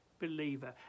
believer